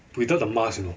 without the mask you know